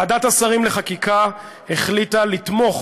ועדת השרים לחקיקה החליטה לתמוך